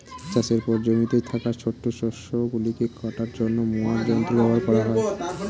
চাষের পর জমিতে থাকা ছোট শস্য গুলিকে কাটার জন্য মোয়ার যন্ত্র ব্যবহার করা হয়